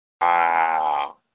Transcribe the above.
Wow